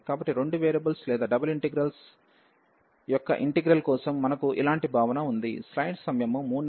కాబట్టి రెండు వేరియబుల్స్ లేదా డబుల్ ఇంటెగ్రల్స్ యొక్క ఇంటిగ్రల్ కోసం మనకు ఇలాంటి భావన ఉంది